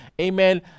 amen